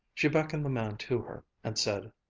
she beckoned the man to her, and said,